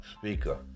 speaker